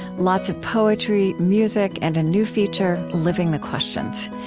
lots of poetry, music, and a new feature living the questions.